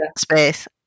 space